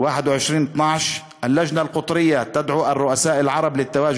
הוועד הארצי קורא למנהיגים הערבים להגיע מחר,